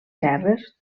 serres